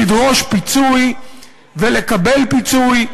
לדרוש פיצוי ולקבל פיצוי.